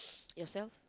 yourself